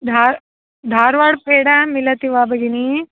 धार् धार्वाड पेडा मिलति वा भगिनि